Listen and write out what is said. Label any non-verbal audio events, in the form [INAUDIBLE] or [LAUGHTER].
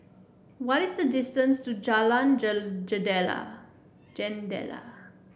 what is the distance to Jalan [UNINTELLIGIBLE] Jendela Jendela